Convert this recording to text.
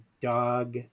dog